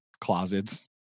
closets